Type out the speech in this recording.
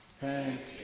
Thanks